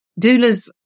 doulas